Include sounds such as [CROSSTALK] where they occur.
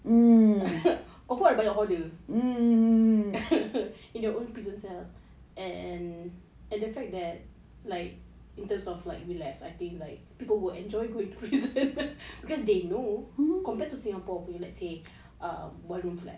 confirm ada banyak order [LAUGHS] in their own prison cell and and the fact that like in terms of like relapse I think like people will enjoy going prison [LAUGHS] because they know compared to singapore punya let's say err four room flat